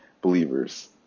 believers